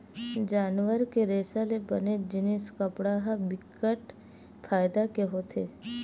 जानवर के रेसा ले बने जिनिस कपड़ा ह बिकट फायदा के होथे